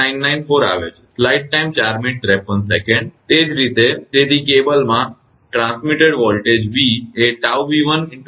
એ જ રીતે તેથી કેબલમાં પ્રસારિત વોલ્ટેજ v એ 𝜏𝑉1